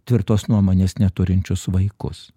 tvirtos nuomonės neturinčius vaikus